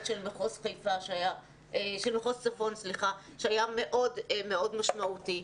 של מחוז צפון שהיה מאוד משמעותי.